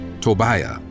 Tobiah